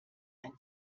ein